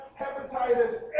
hepatitis